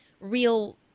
real